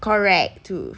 correct two